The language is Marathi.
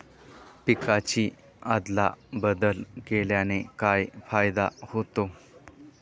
पिकांची अदला बदल केल्याने काय फायदा होतो?